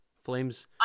Flames